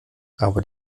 aber